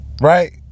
right